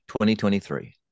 2023